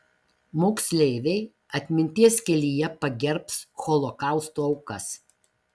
moksleiviai atminties kelyje pagerbs holokausto aukas